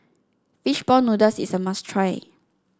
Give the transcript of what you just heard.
fish ball noodles is a must try